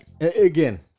again